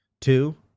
Two